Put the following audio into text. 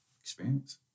Experience